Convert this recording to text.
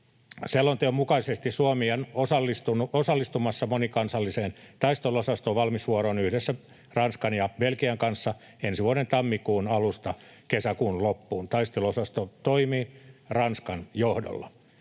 Selonteon mukaisesti Suomi on osallistumassa monikansalliseen taisteluosaston valmiusvuoroon yhdessä Ranskan ja Belgian kanssa ensi vuoden tammikuun alusta kesäkuun loppuun. Taisteluosasto toimii Ranskan johdolla.